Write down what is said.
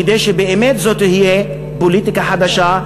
כדי שבאמת זו תהיה פוליטיקה חדשה,